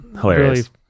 hilarious